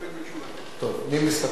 טוב, מי מסתפק בתשובת השר?